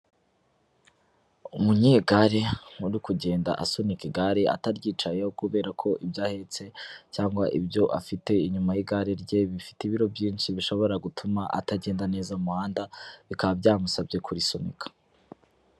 Umunyegare uri kugenda asunika igare ataryicayeho, kubera ko ibya ahetse cyangwa ibyo afite inyuma yigare rye bifite ibiro byinshi, bishobora gutuma atagenda neza mu muhanda, bikaba byamusabye kurisunika